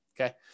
Okay